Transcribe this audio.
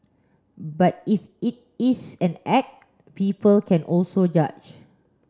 but if it is an act people can also judge